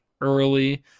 early